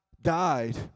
died